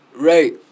Right